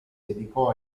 dedicò